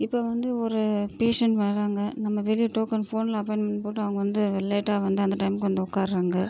இப்போ வந்து ஒரு பேஷண்ட் வராங்க நம்ம வெளியே டோக்கன் ஃபோனில் அப்பாயின்மெண்ட் போட்டு அவங்க வந்து லேட்டாக வந்து அந்த டைமுக்கு வந்து உட்கார்றாங்க